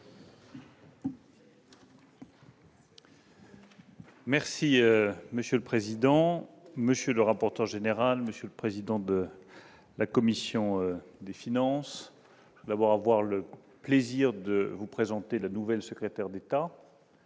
Merci monsieur le président, monsieur le rapporteur général, monsieur le président de la commission des finances d'abord avoir le plaisir de vous présenter la nouvelle secrétaire d'État.